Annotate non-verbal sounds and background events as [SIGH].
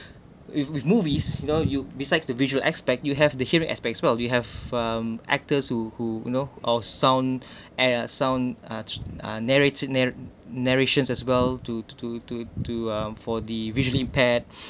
[BREATH] if with movies you know you besides the visual aspect you have the hearing aspects as well you have um actors who who you know are sound [BREATH] air sound uh are narrated [NOISE] narrations as well to to to to um for the visually impaired [BREATH]